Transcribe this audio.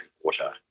water